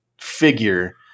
figure